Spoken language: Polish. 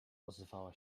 ozwała